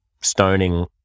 stoning